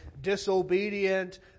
disobedient